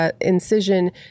Incision